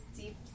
deep